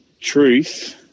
truth